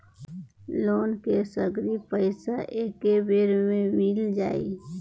Loan के सगरी पइसा एके बेर में मिल जाई?